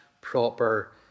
proper